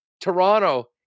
Toronto